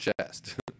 chest